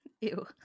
Ew